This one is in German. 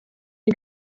die